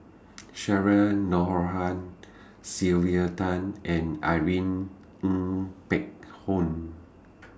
Cheryl Noronha Sylvia Tan and Irene Ng Phek Hoong